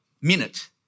minute